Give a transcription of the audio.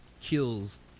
kills